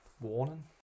warning